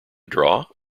draw